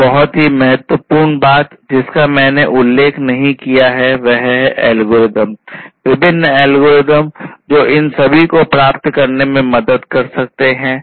एक बहुत ही महत्वपूर्ण बात जिसका मैंने उल्लेख नहीं किया है वह है एल्गोरिदम विभिन्न एल्गोरिदम जो इन सभी को प्राप्त करने में मदद कर सकते हैं